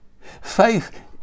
Faith